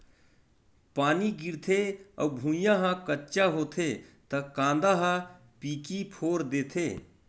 पानी गिरथे अउ भुँइया ह कच्चा होथे त कांदा ह पीकी फोर देथे